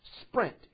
Sprint